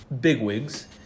bigwigs